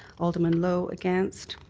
alderman lowe against,